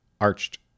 arched